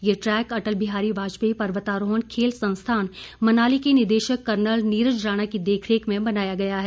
यह ट्रैक अटल बिहारी वाजपेयी पर्वतारोहण खेल संस्थान मनाली के निदेशक कर्नल नीरज राणा की देखरेख में बनाया गया है